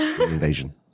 invasion